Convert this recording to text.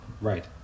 Right